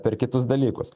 per kitus dalykus